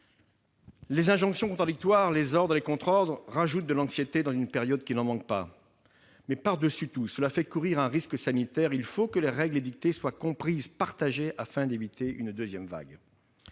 Les injonctions contradictoires, les ordres et les contre-ordres ajoutent de l'anxiété à une période qui n'en manque pas. Mais, par-dessus tout, cela fait courir un risque sanitaire. Il faut que les règles édictées soient comprises et partagées, afin d'éviter une deuxième vague.